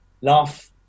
laugh